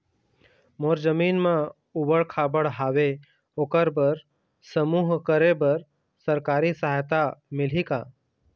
मोर जमीन म ऊबड़ खाबड़ हावे ओकर बर समूह करे बर सरकारी सहायता मिलही का?